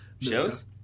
shows